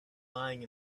lying